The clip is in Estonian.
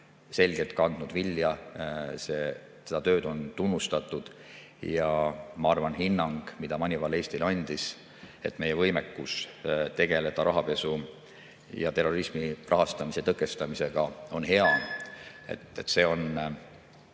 selgelt kandnud vilja, seda tööd on tunnustatud. Ma arvan, et hinnang, mille Moneyval Eestile andis, et meie võimekus tegeleda rahapesu ja terrorismi rahastamise tõkestamisega on hea, on